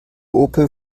opel